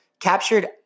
captured